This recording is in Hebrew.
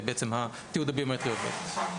התיעוד הביומטרי הזה.